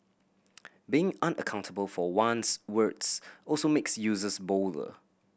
being unaccountable for one's words also makes users bolder